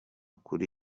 kuri